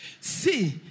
See